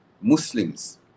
Muslims